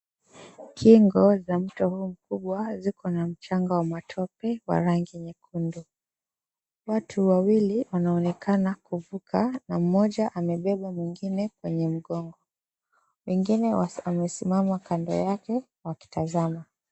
Kingo wa mto huu mkubwa ziko na mchanga wa matope wa rangi nyekundu. Watu wawili wanaonekana kuvuka na mmoja amebeba mwingine kwenye mgongo. Wengine wamesimama kando yake wakitazama.